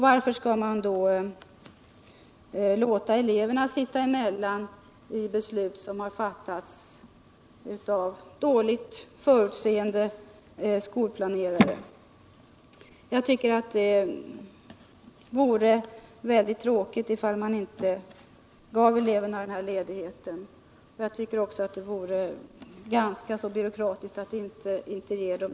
Varför skall man låta eleverna sitta emellan för beslut som fattats av dåligt förutseende skolplanerare? Det vore väldigt tråkigt om man inte gav eleverna denna ledighet, och jag tycker att det vore ganska byråkratiskt att inte göra det.